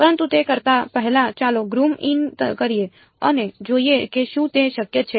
પરંતુ તે કરતા પહેલા ચાલો ઝૂમ ઇન કરીએ અને જોઈએ કે શું તે શક્ય છે